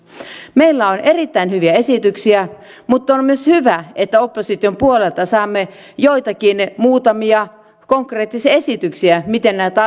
meillä on erittäin hyviä esityksiä mutta on on myös hyvä että opposition puolelta saamme joitakin muutamia konkreettisia esityksiä miten näitä